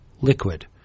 liquid